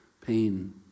Pain